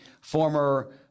former